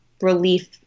relief